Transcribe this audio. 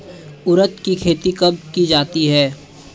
उड़द की खेती कब की जाती है?